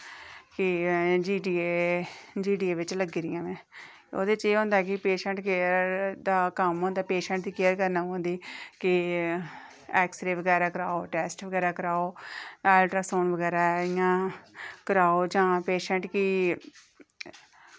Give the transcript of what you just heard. कि GDA GDA बिच लग्गी दी आं में ओह्दे च एह् होंदा कि पेशैंट केयर दा कम्म होंदा पेशैंट दी केयर होंदी कि एक्सरे बगैरा कराओ टेस्ट बगैरा कराओ अल्ट्रासाऊंड बगैरा इं'या जां पेशेंट गी